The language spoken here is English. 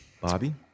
Bobby